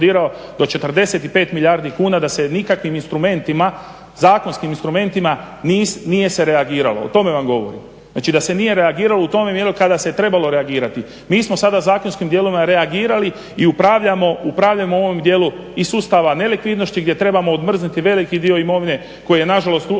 do 45 milijardi kuna da se nikakvim instrumentima, zakonskim instrumentima nije se reagiralo o tome vam govorim. Znači da se nije reagiralo u tome dijelu kada se trebalo reagirati. Mi smo sada zakonskim dijelovima reagirali i upravljamo u ovom dijelu i sustava nelikvidnosti gdje trebamo odmrznuti veliki dio imovine koji je nažalost otišao